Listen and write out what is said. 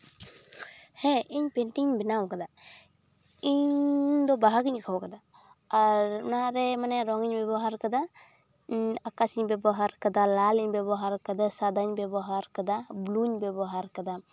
ᱦᱮᱸ ᱤᱧ ᱯᱮᱱᱴᱤᱝ ᱵᱮᱱᱟᱣ ᱠᱟᱫᱟ ᱤᱧ ᱫᱚ ᱵᱟᱦᱟ ᱜᱮᱧ ᱟᱸᱠᱷᱟᱣ ᱠᱟᱫᱟ ᱟᱨ ᱚᱱᱟ ᱨᱮ ᱢᱟᱱᱮ ᱨᱚᱝ ᱤᱧ ᱵᱮᱵᱚᱦᱟᱨ ᱠᱟᱫᱟ ᱟᱠᱟᱥᱤᱧ ᱵᱮᱵᱚᱦᱟᱨ ᱠᱟᱫᱟ ᱞᱟᱞᱤᱧ ᱵᱮᱵᱚᱦᱟᱨ ᱠᱟᱫᱟ ᱥᱟᱫᱟᱧ ᱵᱮᱵᱚᱦᱟᱨ ᱠᱟᱫᱟ ᱵᱞᱩᱧ ᱵᱮᱵᱚᱦᱟᱨ ᱠᱟᱫᱟ